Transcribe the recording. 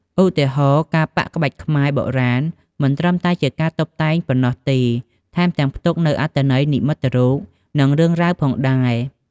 ឧទាហរណ៍ ការប៉ាក់ក្បាច់ខ្មែរបុរាណ មិនត្រឹមតែជាការតុបតែងប៉ុណ្ណោះទេ ថែមទាំងផ្ទុកនូវអត្ថន័យនិមិត្តរូប និងរឿងរ៉ាវផងដែរ។